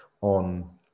on